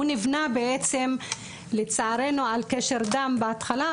ניבנה בעצם לצערנו על קשר דם בהתחלה,